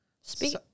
speak